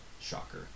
Shocker